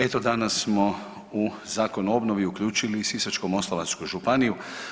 Eto danas smo u Zakon o obnovi uključili i Sisačko-moslavačku županiju.